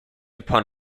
upon